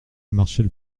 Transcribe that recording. marchait